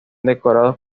decorados